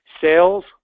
sales